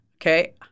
Okay